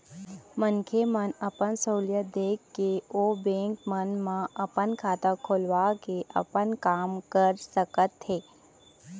मनखे मन अपन सहूलियत देख के ओ बेंक मन म अपन खाता खोलवा के अपन काम कर सकत हें